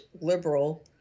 liberal